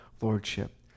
lordship